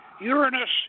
Uranus